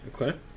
okay